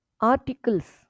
articles